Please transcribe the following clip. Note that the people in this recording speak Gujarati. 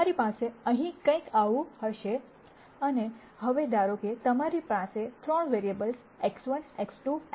તમારી પાસે અહીં કંઈક આવું હશે અને હવે ધારો કે તમારી પાસે 3 વેરીએબલ્સ X1 X2 X3 છે